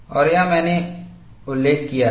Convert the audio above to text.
और यह मैंने उल्लेख किया है